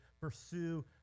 pursue